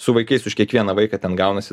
su vaikais už kiekvieną vaiką ten gaunasi